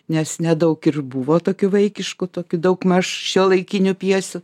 nes nedaug ir buvo tokių vaikiškų tokių daugmaž šiuolaikinių pjesių